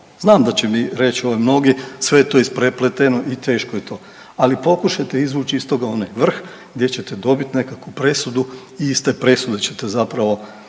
znam da će mi reći ovaj mnogi sve je to isprepletno i teško je to, ali pokušajte iz toga izvući onaj vrh gdje ćete dobiti nekakvu presudu i iz te presude ćete zapravo